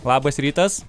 labas rytas